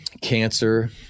cancer